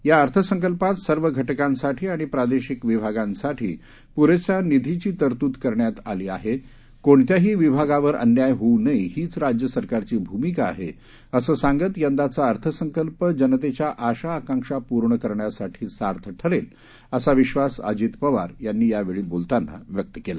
या अर्थसंकल्पात सर्व घटकांसाठी आणि प्रादेशिक विभागांसाठी पुरेशा निधीची तरतूद करण्यात आली आहे कोणत्याही विभागावर अन्याय होऊ नये हीच राज्य सरकारची भूमिका आहे असं सांगत यंदाचा अर्थसंकल्प जनतेच्या आशा आकांक्षा पूर्ण करण्यासाठी सार्थ ठरेल असा विश्वास अजित पवार यांनी यावेळी बोलताना व्यक्त केला